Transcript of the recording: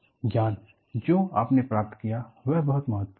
ज्ञान जो आपने प्राप्त किया वह बहुत महत्वपूर्ण है